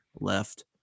left